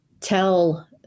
tell